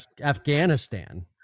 Afghanistan